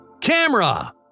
camera